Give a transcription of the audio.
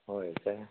होय काय